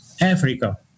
Africa